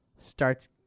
Starts